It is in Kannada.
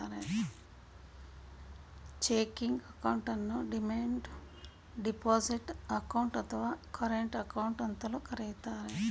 ಚೆಕಿಂಗ್ ಅಕೌಂಟನ್ನು ಡಿಮ್ಯಾಂಡ್ ಡೆಪೋಸಿಟ್ ಅಕೌಂಟ್, ಅಥವಾ ಕರೆಂಟ್ ಅಕೌಂಟ್ ಅಂತಲೂ ಕರಿತರೆ